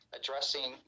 addressing